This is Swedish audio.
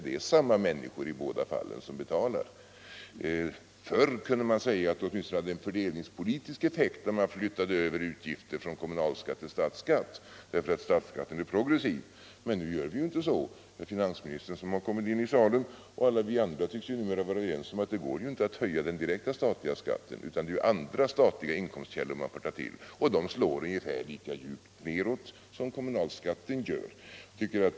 Det är samma människor i båda fallen som betalar. Förr kunde man åtminstone säga att det hade en fördelningspolitisk effekt att man flyttade över utgifter från kommunalskatten till statsskatten, eftersom statsskatten var progressiv. Men nu är det inte så. Finansministern, som har kommit in i kammaren, och alla vi andra tycks vara överens om att det nu inte går att höja den direkta statliga skatten. Andra statliga inkomstkällor får tas till. De slår ungefär lika djupt nedåt som kommunalskatten gör.